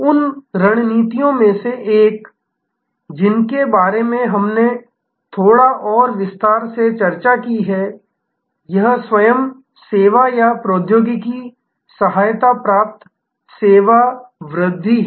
उन रणनीतियों में से एक जिनके बारे में हमने थोड़ा और विस्तार से चर्चा की है यह स्वयं सेवा या प्रौद्योगिकी सहायता प्राप्त सेवा वृद्धि है